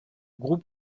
groupe